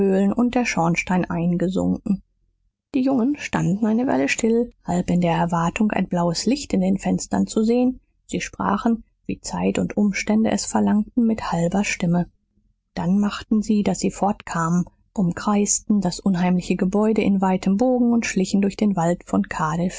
und der schornstein eingesunken die jungen standen eine weile still halb in der erwartung ein blaues licht in den fenstern zu sehen sie sprachen wie zeit und umstände es verlangten mit halber stimme dann machten sie daß sie fortkamen umkreisten das unheimliche gebäude in weitem bogen und schlichen durch den wald von